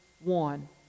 One